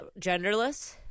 genderless